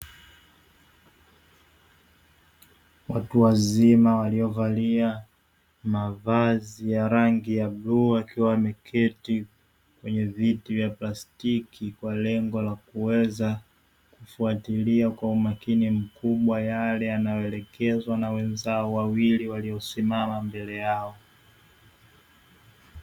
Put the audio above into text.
Watu wazima waliovalia mavazi ya rangi ya bluu, wakiwa wameketi kwenye viti vya plastiki, kwa lengo la kuweza kufuatilia kwa umakini mkubwa yale yanayoelekezwa na wenzao wawili waliosimama mbele yao.